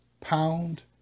pound